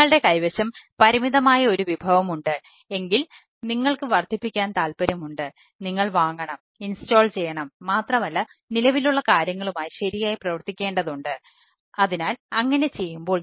നിങ്ങളുടെ കൈവശം പരിമിതമായ ഒരു വിഭവം ഉണ്ട് എങ്കിൽ നിങ്ങൾക്ക് വർദ്ധിപ്പിക്കാൻ താൽപ്പര്യമുണ്ട് നിങ്ങൾ വാങ്ങണം ഇൻസ്റ്റാൾ ചെയ്യുക